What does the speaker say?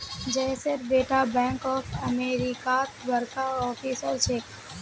जयेशेर बेटा bank of अमेरिकात बड़का ऑफिसर छेक